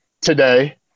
today